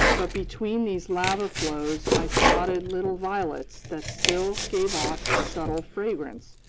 but between these lava flows i spotted little violets that still gave off a subtle fragrance,